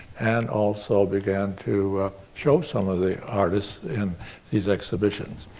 and also began to show some of the artists in these exhibitions.